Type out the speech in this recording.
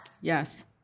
Yes